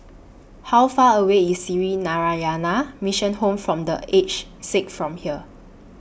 How Far away IS Sree Narayana Mission Home For The Aged Sick from here